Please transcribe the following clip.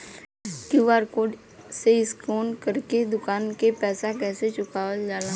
QR code से scan कर के दुकान के पैसा कैसे चुकावल जाला?